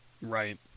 Right